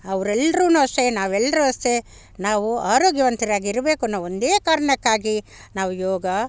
ಅವರೆಲ್ರುನು ಅಷ್ಟೇ ನಾವೆಲ್ಲರೂ ಅಷ್ಟೇ ನಾವು ಆರೋಗ್ಯವಂತರಾಗಿರಬೇಕು ಅನ್ನೋ ಒಂದೇ ಕಾರಣಕ್ಕಾಗಿ ನಾವು ಯೋಗ